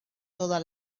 toda